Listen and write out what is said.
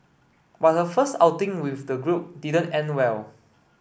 but her first outing with the group didn't end well